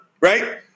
right